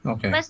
Okay